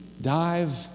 dive